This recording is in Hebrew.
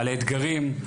על האתגרים,